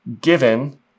given